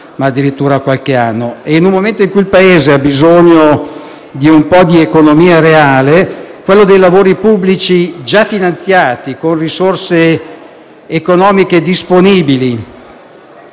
ma addirittura qualche anno. In un momento in cui il Paese ha bisogno di un po' di economia reale credo che i lavori pubblici già finanziati, con risorse economiche disponibili,